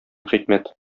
хикмәт